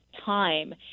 time